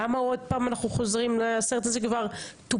למה עוד פעם אנחנו חוזרים לסרט הזה שכבר טופל?